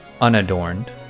unadorned